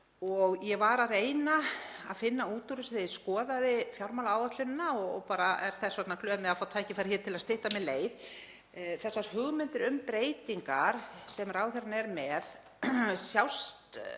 Ég var að reyna að finna út úr þessu þegar ég skoðaði fjármálaáætlunina og er þess vegna glöð með að fá tækifæri hér til að stytta mér leið. Sér þessara hugmynda um breytingar sem ráðherrann er með stað